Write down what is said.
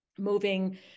moving